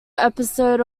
episode